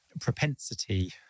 propensity